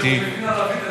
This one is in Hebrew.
אתם יודעים ערבית,